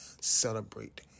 celebrate